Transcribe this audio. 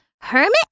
hermit